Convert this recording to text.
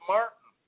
Martin